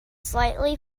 slightly